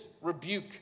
rebuke